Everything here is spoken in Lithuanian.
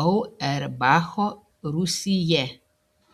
auerbacho rūsyje